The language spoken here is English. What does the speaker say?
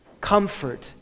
Comfort